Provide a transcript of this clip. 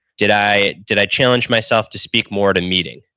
did i did i challenge myself to speak more at a meeting?